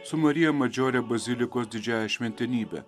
su marija madžiorė bazilikos didžiąja šventenybe